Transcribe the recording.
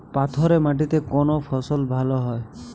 পাথরে মাটিতে কোন ফসল ভালো হয়?